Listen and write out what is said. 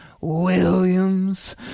Williams